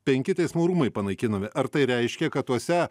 penki teismų rūmai panaikinami ar tai reiškia kad tuose